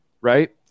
right